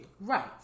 Right